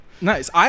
Nice